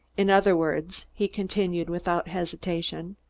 in other words, he continued without hesitation,